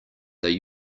they